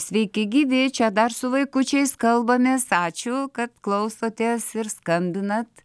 sveiki gyvi čia dar su vaikučiais kalbamės ačiū kad klausotės ir skambinat